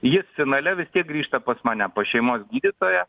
jis finale vis tiek grįžta pas mane pas šeimos gydytoją